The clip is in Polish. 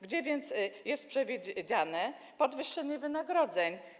Gdzie więc jest przewidziane podwyższenie wynagrodzeń?